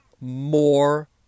more